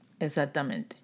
Exactamente